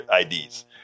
IDs